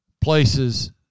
places